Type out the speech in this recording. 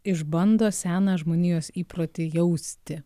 išbando seną žmonijos įprotį jausti